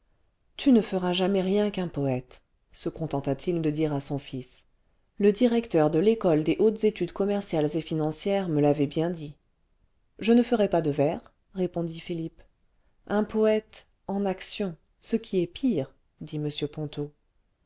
tu ne feras jamais rien qu'un poète se contenta t il de dire à son fils le directeur de l'école des hautes études commerciales et financières me l'avait bien dit je ne ferai pas de vers répondit philippe un poète en actions ce qui est pire dit m ponto